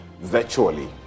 virtually